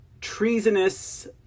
treasonous